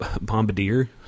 Bombardier